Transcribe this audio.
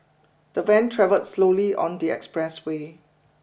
the van travelled slowly on the expressway